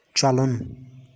چلُن